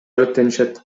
алектенишет